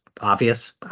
obvious